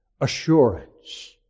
assurance